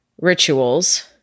rituals